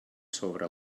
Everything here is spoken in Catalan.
sobre